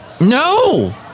No